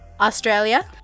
Australia